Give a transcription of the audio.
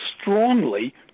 strongly